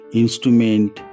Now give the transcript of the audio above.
instrument